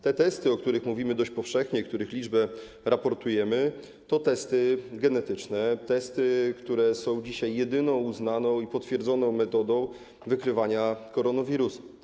Te testy, o których mówimy dość powszechnie, których liczbę raportujemy, to testy genetyczne, testy, które są dzisiaj jedyną uznaną i potwierdzoną metodą wykrywania koronawirusa.